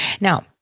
Now